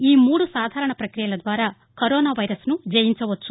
ఈ మూడు సాధారణ పక్రియల ద్వారా కరోనా వైరస్ను జయించవచ్చు